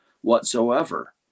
whatsoever